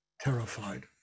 terrified